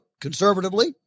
conservatively